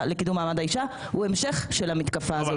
לקידום מעמד האישה הוא המשך של המתקפה הזאת.